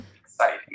Exciting